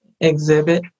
exhibit